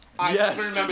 Yes